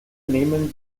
nehmen